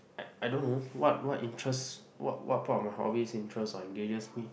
I I don't know what what interests what what part of my hobbies interest or engages me